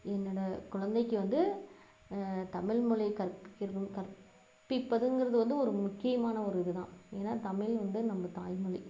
என்னோடய குழந்தைக்கு வந்து தமிழ்மொழி கற்பிக்கணும் கற்பிப்பதுங்கிறது வந்து ஒரு முக்கியமான ஒரு இது தான் ஏன்னா தமிழ் வந்து நம்ம தாய்மொழி